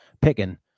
picking